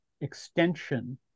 extension